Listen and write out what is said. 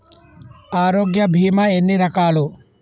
ఆరోగ్య బీమా ఎన్ని రకాలు?